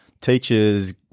teachers